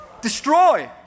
destroy